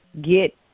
get